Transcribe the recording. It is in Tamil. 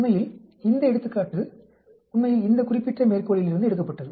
உண்மையில் இந்த எடுத்துக்காட்டு உண்மையில் இந்த குறிப்பிட்ட மேற்கோளிலிருந்து எடுக்கப்பட்டது